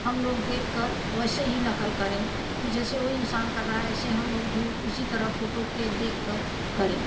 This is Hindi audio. हम लोग देखकर वैसे ही नकल करें कि जैसे वो इंसान कर रहा है ऐसे हम लोग भी उसी तरह फोटो के देख कर करें